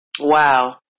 Wow